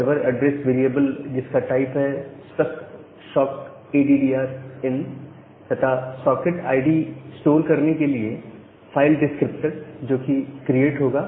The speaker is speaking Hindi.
सर्वर ऐड्रेस वेरिएबल जिसका टाइप है struct sock ADDR in scokaddr in तथा सॉकेट आईडी स्टोर करने के लिए फाइल डिस्क्रिप्टर जो कि क्रिएट होगा